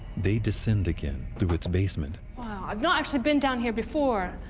they descend again through its basement. wow, i've not actually been down here before,